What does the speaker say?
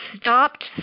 stopped